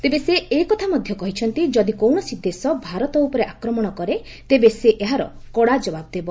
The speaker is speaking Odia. ତେବେ ସେ ଏକଥା ମଧ୍ୟ କହିଛନ୍ତି ଯଦି କୌଣସି ଦେଶ ଭାରତ ଉପରେ ଆକ୍ରମଣ କରେ ତେବେ ସେ ଏହାର କଡ଼ା ଜବାବ ଦେବ